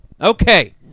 Okay